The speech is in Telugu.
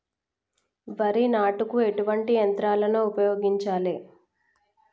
వరి నాటుకు ఎటువంటి యంత్రాలను ఉపయోగించాలే?